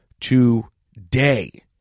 today